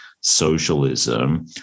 Socialism